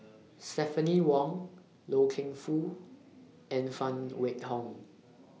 Stephanie Wong Loy Keng Foo and Phan Wait Hong